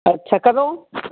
ਅੱਛਾ ਕਦੋਂ